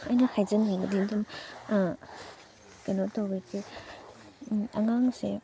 ꯑꯩꯅ ꯍꯥꯏꯖꯅꯤꯡꯕꯗꯤ ꯑꯗꯨꯝ ꯀꯩꯅꯣ ꯇꯧꯕꯒꯤ ꯑꯉꯥꯡꯁꯦ